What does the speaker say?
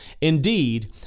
Indeed